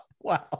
Wow